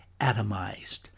Atomized